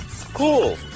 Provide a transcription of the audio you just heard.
Cool